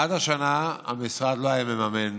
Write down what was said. עד השנה, המשרד לא היה מממן